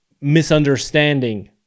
misunderstanding